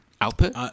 output